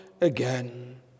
again